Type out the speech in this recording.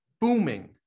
booming